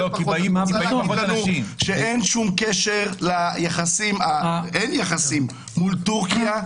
כשאין שום קשר ליחסים מול טורקיה,